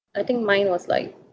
I think mine was like